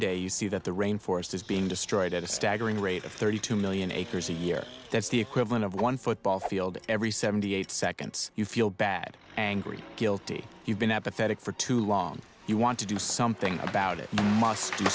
day you see that the rain as it is being destroyed at a staggering rate of thirty two million acres a year that's the equivalent of one football field every seventy eight seconds you feel bad angry guilty you've been apathetic for too long you want to do something about it must